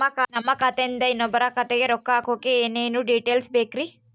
ನಮ್ಮ ಖಾತೆಯಿಂದ ಇನ್ನೊಬ್ಬರ ಖಾತೆಗೆ ರೊಕ್ಕ ಹಾಕಕ್ಕೆ ಏನೇನು ಡೇಟೇಲ್ಸ್ ಬೇಕರಿ?